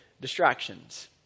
distractions